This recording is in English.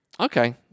Okay